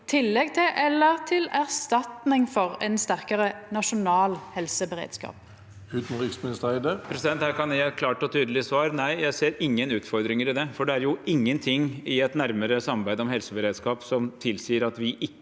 tillegg til eller til erstatning for ein sterkare nasjonal helseberedskap? Utenriksminister Espen Barth Eide Her kan jeg gi et klart og tydelig svar: Nei, jeg ser ingen utfordringer i det, for det er ingenting i et nærmere samarbeid om helseberedskap som tilsier at vi ikke